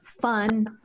fun